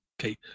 Okay